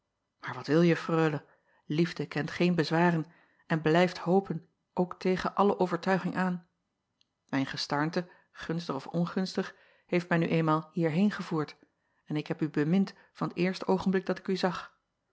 aar wat wilje reule iefde kent geen bezwaren en blijft hopen ook tegen alle overtuiging aan ijn gestarnte gunstig of ongunstig heeft mij nu eenmaal hierheen gevoerd en ik heb u bemind van t eerste oogenblik dat ik u zag